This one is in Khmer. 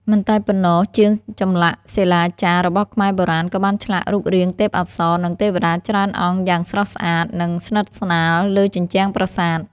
មិនតែប៉ុណ្ណោះ ជាងចម្លាក់សិលាចារបស់ខ្មែរបុរាណក៏បានឆ្លាក់រូបរាងទេពអប្សរ និងទេវតាច្រើនអង្គយ៉ាងស្រស់ស្អាត និងស្និទស្នាលលើជញ្ជាំងប្រាសាទ។